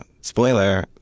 spoiler